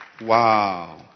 Wow